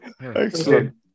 Excellent